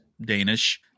Danish